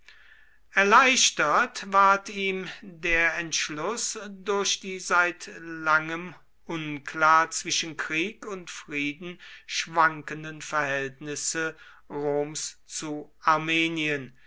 erleichtert ward ihm der entschluß durch die seit langem unklar zwischen krieg und frieden schwankenden verhältnisse roms zu armenien